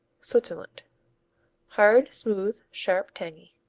switzerland hard smooth sharp tangy.